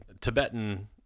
Tibetan